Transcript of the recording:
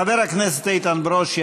חבר הכנסת איתן ברושי,